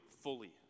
fully